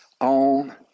on